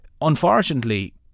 unfortunately